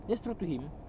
just throw to him